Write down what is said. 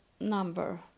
number